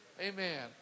Amen